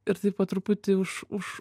ir taip po truputį už už